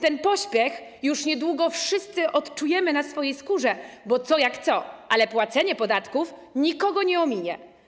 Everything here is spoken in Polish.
Ten pośpiech już niedługo wszyscy odczujemy na swojej skórze, bo co jak co, ale płacenie podatków nikogo nie ominie.